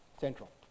Central